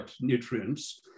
nutrients